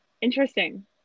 interesting